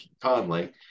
Conley